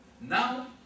Now